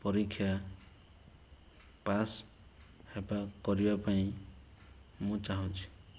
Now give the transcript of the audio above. ପରୀକ୍ଷା ପାସ୍ ହେବା କରିବା ପାଇଁ ମୁ ଚାହୁଁଛି